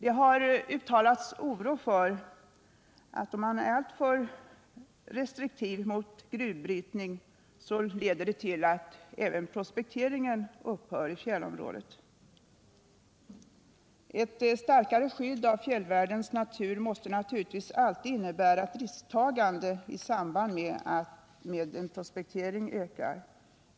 Det har uttalats oro för att en alltför stor restriktivitet mot gruvbrytning leder till att prospekteringen nästan upphör i fjällområdet. Ett starkare skydd av fjällvärldens natur måste naturligtvis alltid innebära att risktagandet i samband med prospektering ökar.